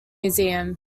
museum